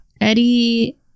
Eddie